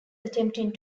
attempting